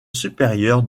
supérieure